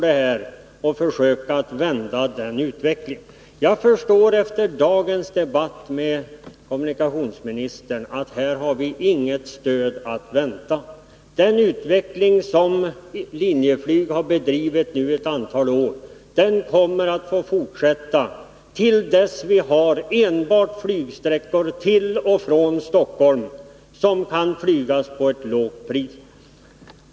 Efter dagens debatt förstår jag emellertid att hos kommunikationsministern har vi inget stöd att vänta. Den utveckling ; som Linjeflyg gått in för under ett antal år kommer att få fortsätta till dess att ; vi i Norrland enbart har flygförbindelser till och från Stockholm, som kan | flygas till ett lågt pris.